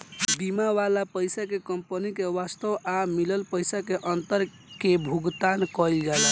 बीमा वाला पइसा से कंपनी के वास्तव आ मिलल पइसा के अंतर के भुगतान कईल जाला